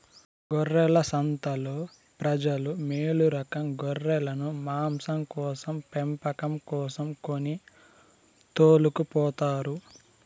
గొర్రెల సంతలో ప్రజలు మేలురకం గొర్రెలను మాంసం కోసం పెంపకం కోసం కొని తోలుకుపోతారు